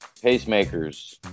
pacemakers